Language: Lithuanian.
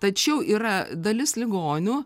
tačiau yra dalis ligonių